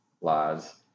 lies